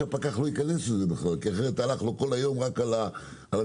שהפקח לא ייכנס לזה כי הלך לו כל היום רק על זה.